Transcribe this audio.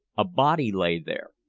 a body lay there,